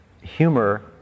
Humor